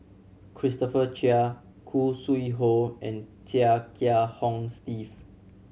Christopher Chia Khoo Sui Hoe and Chia Kiah Hong Steve